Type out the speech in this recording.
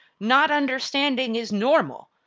not understanding is normal.